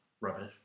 rubbish